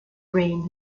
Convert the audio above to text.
reign